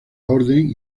orden